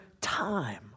time